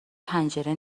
پنجره